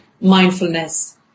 mindfulness